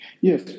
Yes